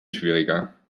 schwieriger